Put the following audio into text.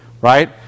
right